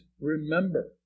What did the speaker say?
remember